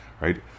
Right